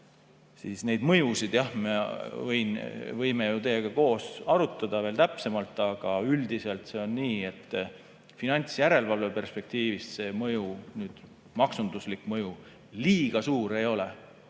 maksurežiimi mõju, seda me võime ju teiega koos arutada veel täpsemalt, aga üldiselt on nii, et finantsjärelevalve perspektiivist see mõju, maksunduslik mõju, liiga suur ei ole.